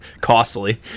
costly